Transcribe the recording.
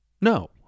No